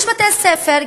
יש בתי-ספר,